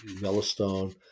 yellowstone